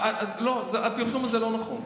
הפרסום לא נכון.